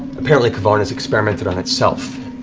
apparently k'varn has experimented on itself.